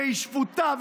שהיא שפוטה,